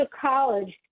College